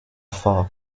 vor